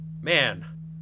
man